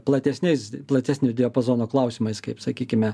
platesniais platesnio diapazono klausimais kaip sakykime